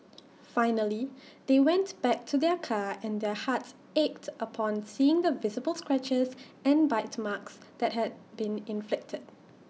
finally they went back to their car and their hearts ached upon seeing the visible scratches and bite marks that had been inflicted